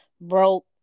broke